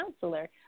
counselor